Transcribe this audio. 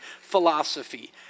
philosophy